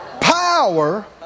Power